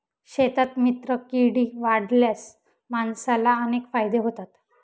शेतात मित्रकीडी वाढवल्यास माणसाला अनेक फायदे होतात